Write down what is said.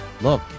look